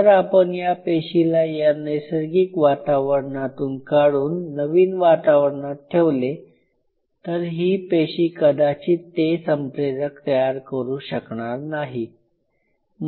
जर आपण या पेशीला या नैसर्गिक वातावरणातून काढून नवीन वातावरणात ठेवले तर ही पेशी कदाचित ते संप्रेरक तयार करू शकणार नाही